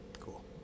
cool